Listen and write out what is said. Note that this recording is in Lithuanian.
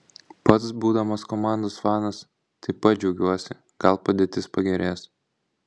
pats būdamas komandos fanas taip pat džiaugiuosi gal padėtis pagerės